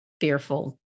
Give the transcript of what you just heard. fearful